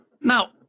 now